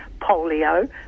polio